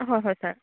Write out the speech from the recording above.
হয় হয় ছাৰ